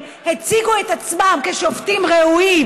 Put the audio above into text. והציגו את עצמם כשופטים ראויים,